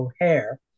O'Hare